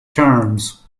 terms